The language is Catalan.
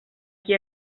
qui